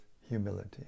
humility